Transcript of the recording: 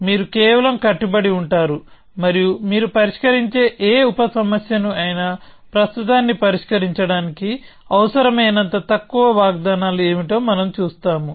మీరు కేవలం కట్టుబడి ఉంటారు మరియు మీరు పరిష్కరించే ఏ ఉప సమస్యను అయినా ప్రస్తుతాన్ని పరిష్కరించడానికి అవసరమైనంత తక్కువ వాగ్ధానాలు ఏమిటో మనం చూస్తాము